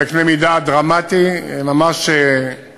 בקנה-מידה דרמטי, ממש של